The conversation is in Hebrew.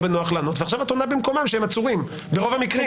בנוח לענות ועכשיו את עונה במקומם שהם עצורים ברוב המקרים.